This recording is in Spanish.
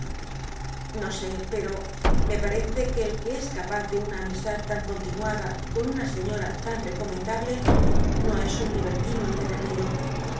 no sé pero me parece que el quedes capaz de una amistad tan continuada con una señora tan recomenddle no es un libertino